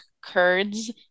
curds